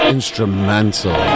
instrumental